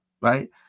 right